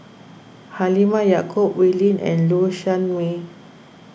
Halimah Yacob Wee Lin and Low Sanmay